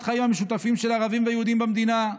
החיים המשותפים של הערבים והיהודים במדינה.